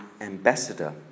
ambassador